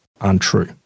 untrue